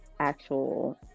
actual